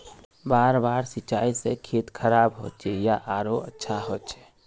बार बार सिंचाई से खेत खराब होचे या आरोहो अच्छा होचए?